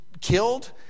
killed